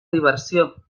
diversió